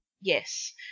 Yes